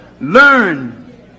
Learn